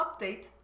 update